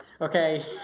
okay